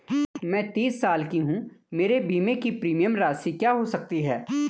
मैं तीस साल की हूँ मेरे बीमे की प्रीमियम राशि क्या हो सकती है?